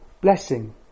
blessing